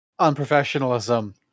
unprofessionalism